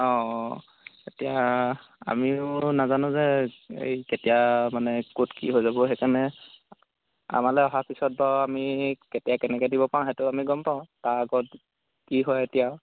অ অ এতিয়া আমিও নাজানো যে এই কেতিয়া মানে ক'ত কি হৈ যাব সেইকাৰণে আমালৈ অহাৰ পিছত বাৰু আমি কেতিয়া কেনেকৈ দিব পাওঁ সেইটো আমি গম পাওঁ তাৰ আগত কি হয় এতিয়া